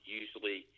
usually